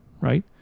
right